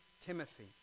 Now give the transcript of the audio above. Timothy